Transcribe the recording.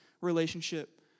relationship